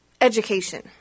education